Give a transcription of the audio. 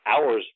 hours